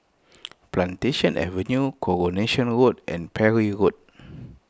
Plantation Avenue Coronation Road and Parry Road